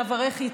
בעברך,